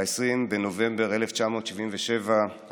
ב-20 בנובמבר 1977,